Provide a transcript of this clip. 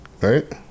right